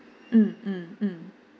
mm mm mm